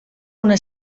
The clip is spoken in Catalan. una